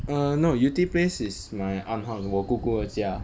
err no yew tee place is my aunt house 我姑姑的家